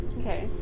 Okay